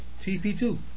TP2